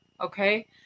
Okay